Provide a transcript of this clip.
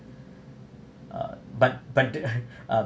uh but but the uh